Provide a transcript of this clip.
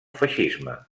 feixisme